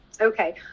okay